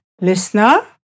Listener